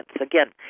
Again